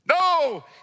No